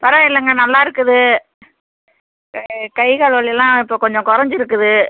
பரவா இல்லைங்க நல்லா இருக்குது சரி கை கால் வலியெல்லாம் இப்போது கொஞ்சம் குறஞ்சிருக்குது